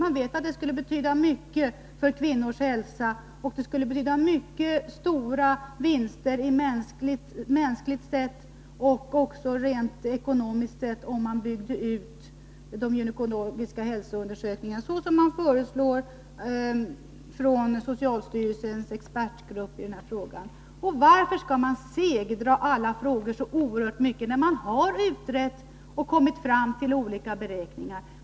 Man vet att det skulle betyda mycket för kvinnors hälsa och att det skulle betyda mycket stora vinster mänskligt sett och också rent ekonomiskt, om man byggde ut dessa kontroller, så som socialstyrelsens expertgrupp föreslår. Varför skall man segdra alla frågor så oerhört mycket, när man har utrett och kommit fram till olika beräkningar?